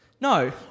No